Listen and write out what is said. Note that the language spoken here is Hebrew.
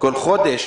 בכל חודש,